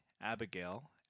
Abigail